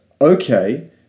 Okay